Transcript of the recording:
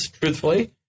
truthfully